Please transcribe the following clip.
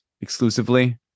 exclusively